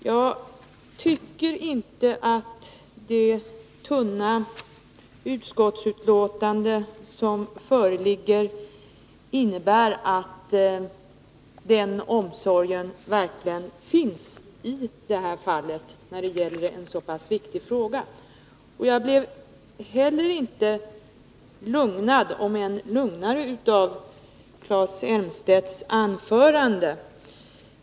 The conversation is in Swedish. Jag tycker inte att det tunna utskottsbetänkandet som föreligger innebär att den omsorgen verkligen visats i detta fall, trots att det gäller en så pass viktig fråga. Jag blev inte heller lugnad, även om jag blev lugnare, av Claes Elmstedts anförande.